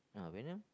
ah Venom